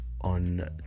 on